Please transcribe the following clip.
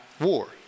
war